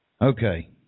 okay